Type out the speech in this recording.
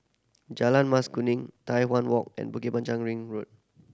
Jalan Mas Kuning Tai Hwan Walk and Bukit Panjang Ring Road